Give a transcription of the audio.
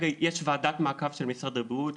כרגע יש ועדת מעקב של משרד הבריאות.